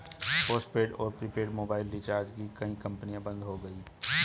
postpaid और prepaid mobile recharge की कई कंपनियां बंद हो गई